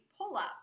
pull-up